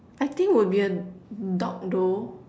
I think would be a dog though